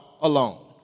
alone